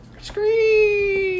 Scream